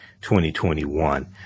2021